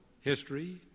history